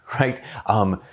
right